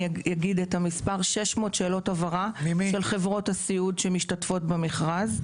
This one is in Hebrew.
של חברות הסיעוד שמשתתפות במכרז,